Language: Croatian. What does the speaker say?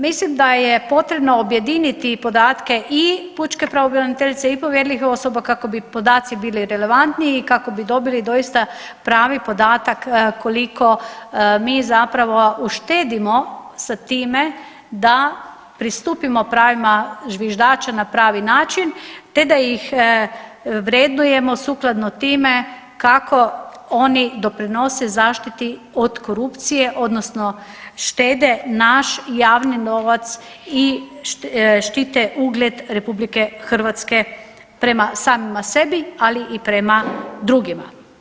Mislim da je potrebno objediniti podatke i pučke pravobraniteljice i povjerljivih osoba kako bi podaci bili relevantniji i kako bi dobili doista pravi podatak koliko mi zapravo uštedimo sa time da pristupimo pravima zviždača na pravi način te da ih vrednujemo sukladno time kako oni doprinose zaštiti od korupcije, odnosno štede naš javni novac i štite ugled RH prema samima sebi, ali i prema drugima.